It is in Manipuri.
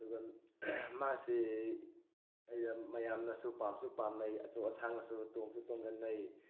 ꯑꯗꯨꯒ ꯃꯥꯁꯤ ꯃꯌꯥꯝꯅꯁꯨ ꯄꯥꯝꯁꯨ ꯄꯥꯝꯅꯩ ꯑꯆꯧ ꯑꯁꯥꯡꯅꯁꯨ ꯇꯣꯡꯁꯨ ꯇꯣꯡꯒꯟꯅꯩ